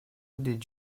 did